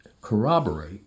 corroborate